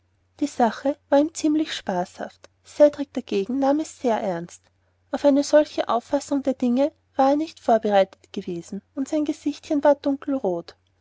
die sache war ihm ziemlich spaßhaft cedrik dagegen nahm es sehr ernst auf eine solche auffassung der dinge war er nicht vorbereitet gewesen und sein gesichtchen ward dunkelrot